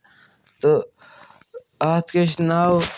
تہٕ اَتھ کیٛاہ چھِ ناو